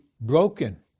broken